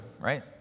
right